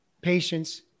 patience